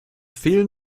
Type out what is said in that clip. fehlen